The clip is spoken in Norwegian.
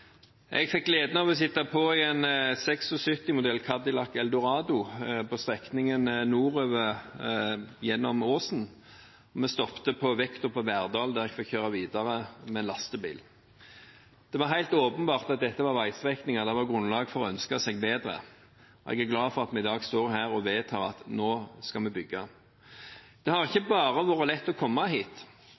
Jeg fikk gleden av å sitte på i en 1976-modell Cadillac Eldorado på strekningen nordover gjennom Åsen. Vi stoppet i Verdal, der jeg fikk kjøre videre med en lastebil. Det var helt åpenbart at dette var veistrekninger det var grunnlag for å ønske seg bedre, og jeg er glad for at vi i dag står her og vedtar at nå skal vi bygge. Det har ikke bare vært lett å komme hit.